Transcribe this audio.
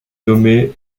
nommé